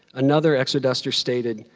another exoduster stated,